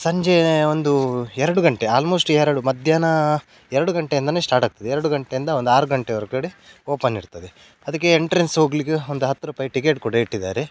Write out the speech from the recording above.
ಸಂಜೆ ಒಂದು ಎರಡು ಗಂಟೆ ಆಲ್ಮೋಸ್ಟ್ ಎರಡು ಮಧ್ಯಾಹ್ನ ಎರಡು ಗಂಟೆಯಿಂದಲೇ ಸ್ಟಾರ್ಟಾಗ್ತದೆ ಎರಡು ಗಂಟೆಯಿಂದ ಒಂದು ಆರು ಗಂಟೆ ವರ್ಗಡೆ ಓಪನ್ ಇರ್ತದೆ ಅದಕ್ಕೆ ಎಂಟ್ರೆನ್ಸ್ ಹೋಗಲಿಕ್ಕೆ ಒಂದು ಹತ್ತು ರೂಪಾಯಿ ಟಿಕೆಟ್ ಕೂಡ ಇಟ್ಟಿದ್ದಾರೆ